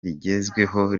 rigezweho